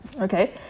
Okay